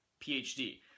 PhD